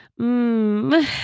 Mmm